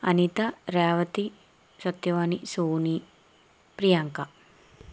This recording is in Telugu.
అనిత రేవతి సత్యవాణి సోని ప్రియాంక